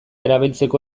erabiltzeko